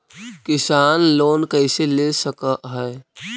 किसान लोन कैसे ले सक है?